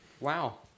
wow